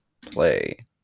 play